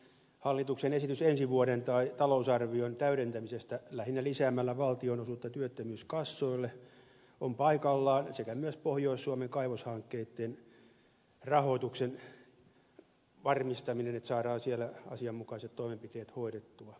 hallituksen esitys ensi vuoden talousarvion täydentämisestä lähinnä lisäämällä valtionosuutta työttömyyskassoille on paikallaan sekä myös pohjois suomen kaivoshankkeitten rahoituksen varmistaminen että saadaan siellä asianmukaiset toimenpiteet hoidettua kuljetustenkin osalta